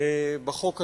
בחוק הזה,